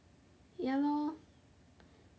ya lor